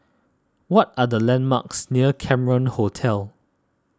what are the landmarks near Cameron Hotel